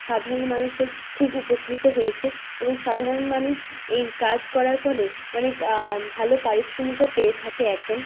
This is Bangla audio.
সাধারণ মানুষের খুব উপকৃত হয়েছে এবং সাধারণ মানুষ এই কাজ করার ফলে অনেক ভালো পারিশ্রমিকও পেয়ে থাকে এখন